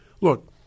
look